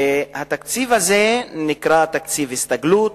והתקציב הזה נקרא תקציב הסתגלות,